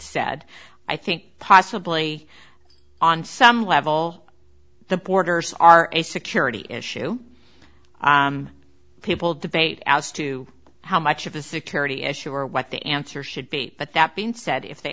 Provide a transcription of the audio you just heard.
said i think possibly on some level the borders are a security issue people debate as to how much of the security issue or what the answer should be but that being said if they